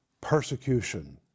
persecution